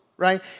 right